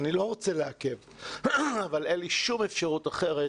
אני לא רוצה לעכב אבל אין לי כל אפשרות אחרת